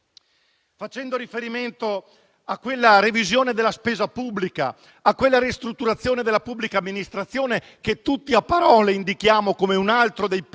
facendo riferimento alla revisione della spesa pubblica e alla ristrutturazione della pubblica amministrazione, che tutti a parole indichiamo come uno dei capisaldi